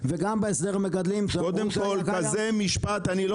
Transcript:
אני לא